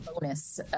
bonus